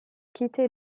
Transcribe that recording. quitté